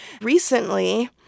Recently